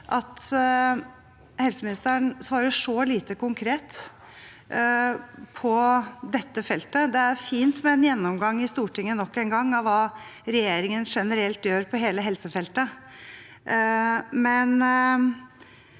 helseministeren svarer så lite konkret på dette feltet. Det er fint med en gjennomgang i Stortinget – nok en gang – av hva regjeringen generelt gjør på hele helsefeltet,